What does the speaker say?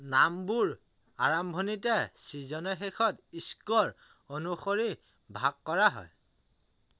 নামবোৰ আৰম্ভণিতে ছিজনৰ শেষত স্ক'ৰ অনুসৰি ভাগ কৰা হয়